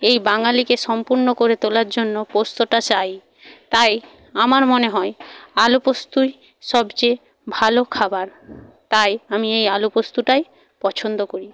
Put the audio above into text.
এই বাঙালিকে সম্পূর্ণ করে তোলার জন্য পোস্তটা চাই তাই আমার মনে হয় আলু পোস্তই সবচেয়ে ভালো খাবার তাই আমি এই আলু পোস্তটাই পছন্দ করি